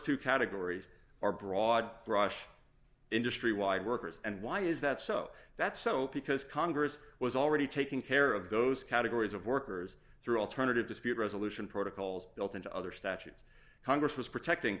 two categories are broad brush industry wide workers and why is that so that's so because congress was already taking care of those categories of workers through alternative dispute resolution protocols built into other statutes congress was protecting